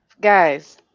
Guys